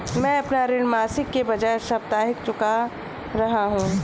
मैं अपना ऋण मासिक के बजाय साप्ताहिक चुका रहा हूँ